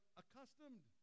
accustomed